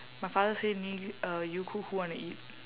my father say ni~ uh you cook who want to eat